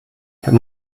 then